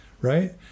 Right